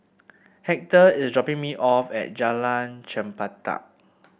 Hector is dropping me off at Jalan Chempedak